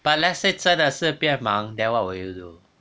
but let's say 真的是变盲 then what will you do